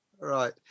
Right